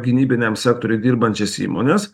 gynybiniam sektoriuj dirbančias įmones